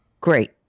Great